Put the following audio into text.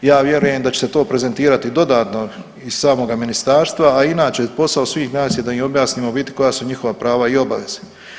Ja vjerujem da će se to prezentirati dodatno iz samoga Ministarstva, a inače, posao svih nas je da im objasnimo u biti koja su njihova prava i obaveze.